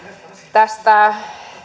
tästä